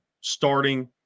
starting